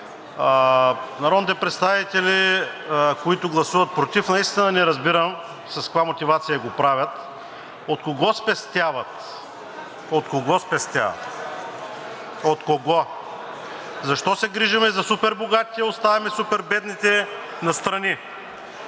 Народните представители, които гласуват против, наистина не разбирам с каква мотивация го правят, от кого спестяват? От кого спестяват? От кого?! Защо се грижим за супербогатите, а оставяме супербедните настрани?!